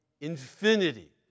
infinity